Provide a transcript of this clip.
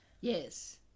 Yes